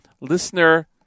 Listener